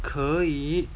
可以